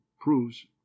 proves